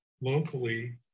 locally